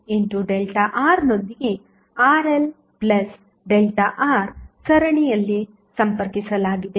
VC I ನೊಂದಿಗೆ RLΔRಸರಣಿಯಲ್ಲಿ ಸಂಪರ್ಕಿಸಲಾಗಿದೆ